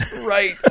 right